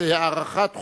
התשע"ב 2012,